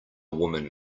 woman